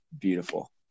beautiful